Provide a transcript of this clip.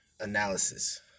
Analysis